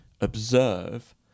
observe